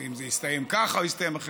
אם זה יסתיים כך או יסתיים אחרת.